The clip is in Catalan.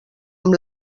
amb